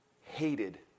hated